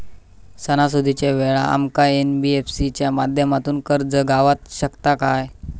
सणासुदीच्या वेळा आमका एन.बी.एफ.सी च्या माध्यमातून कर्ज गावात शकता काय?